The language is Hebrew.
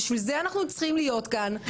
בשביל זה אנחנו צריכים להיות כאן,